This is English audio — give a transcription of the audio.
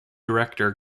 director